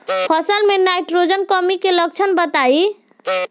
फसल में नाइट्रोजन कमी के लक्षण बताइ?